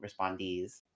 respondees